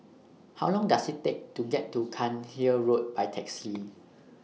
How Long Does IT Take to get to Cairnhill Road By Taxi